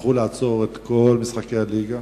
יצטרכו לעצור את כל משחקי הליגה,